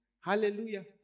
Hallelujah